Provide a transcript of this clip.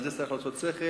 על זה צריך לעשות שכל,